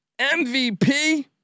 MVP